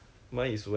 今年要做的